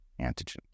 antigens